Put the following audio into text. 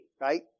right